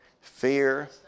Fear